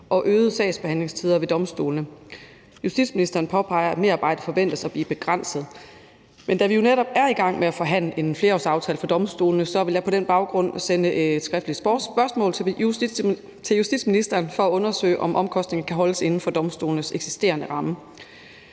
og øgede sagsbehandlingstider ved domstolene. Justitsministeren påpeger, at merarbejdet forventes at blive begrænset, men da vi jo netop er i gang med at forhandle en flerårsaftale for domstolene, vil jeg på den baggrund sende et skriftligt spørgsmål til justitsministeren for at få undersøgt, om omkostningerne kan holdes inden for domstolenes eksisterende ramme.